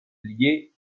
liés